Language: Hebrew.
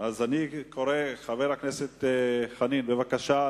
חבר הכנסת חנין, בבקשה.